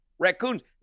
Raccoons